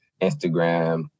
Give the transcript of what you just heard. Instagram